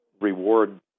reward